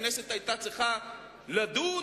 הכנסת היתה צריכה לדון